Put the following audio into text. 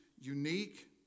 unique